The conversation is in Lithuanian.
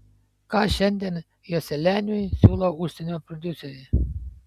ką šiandien joselianiui siūlo užsienio prodiuseriai